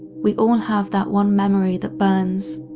we all have that one memory that burns,